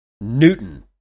Newton